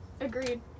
agreed